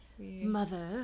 Mother